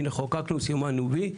הנה חוקקנו סימנו וי,